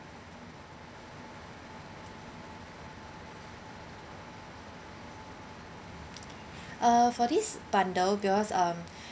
uh for this bundle because um